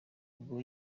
ubwo